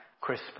crisp